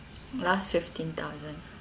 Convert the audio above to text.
last fifteen thousand ya